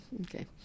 Okay